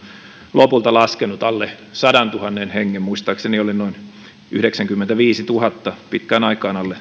lopulta laskenut alle sadantuhannen hengen muistaakseni oli noin yhdeksänkymmentäviisituhatta ensimmäistä kertaa pitkään aikaan alle